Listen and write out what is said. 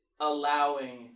allowing